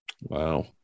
Wow